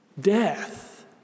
Death